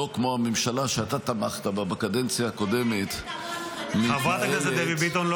שלא כמו הממשלה שאתה תמכת בה בקדנציה הקודמת -- הלוואי והייתם כמונו.